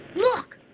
look.